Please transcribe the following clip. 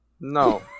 No